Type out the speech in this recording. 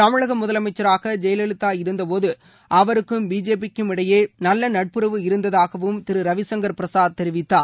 தமிழக முதலமைச்சராக ஜெயலவிதா இருந்த போது அவருக்கும் பிஜேபிக்கும் இடையே நல்ல நட்புறவு இருந்ததாகவும் திரு ரவிசங்கர் பிரசாத் தெரிவித்தார்